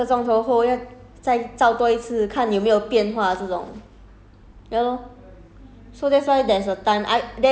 他 maybe 他要看你吃什么 then after 几个钟头后要再照多一次看有没有变化这种